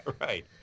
Right